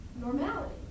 normality